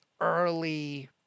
early